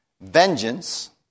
Vengeance